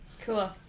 Cool